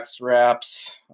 wraps